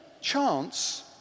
chance